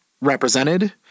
represented